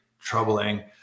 troubling